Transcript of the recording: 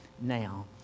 now